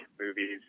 movies